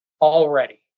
already